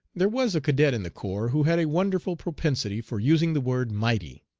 there was a cadet in the corps who had a wonderful propensity for using the word mighty.